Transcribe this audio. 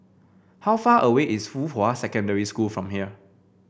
how far away is Fuhua Secondary School from here